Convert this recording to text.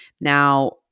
Now